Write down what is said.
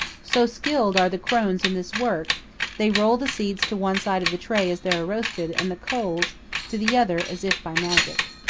so skilled are the crones in this work they roll the seeds to one side of the tray as they are roasted and the coals to the other as if by magic.